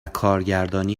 کارگردانی